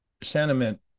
sentiment